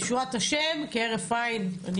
ישועת השם כהרף עין.